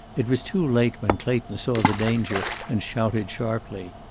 it was too late when clayton saw the danger and shouted sharply.